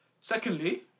Secondly